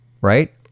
right